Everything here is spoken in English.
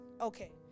okay